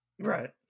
Right